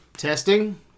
Testing